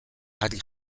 harri